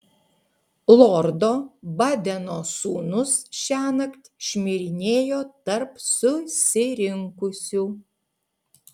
lordo badeno sūnus šiąnakt šmirinėjo tarp susirinkusių